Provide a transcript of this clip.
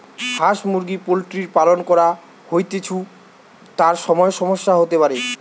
হাঁস মুরগি পোল্ট্রির পালন করা হৈতেছু, তার সময় সমস্যা হতে পারে